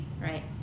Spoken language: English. Right